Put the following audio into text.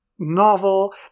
novel